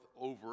over